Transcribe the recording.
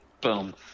boom